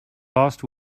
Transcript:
last